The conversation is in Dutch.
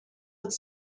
het